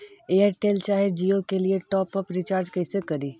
Airtel चाहे जियो के लिए टॉप अप रिचार्ज़ कैसे करी?